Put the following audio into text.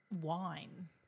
Wine